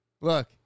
Look